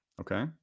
Okay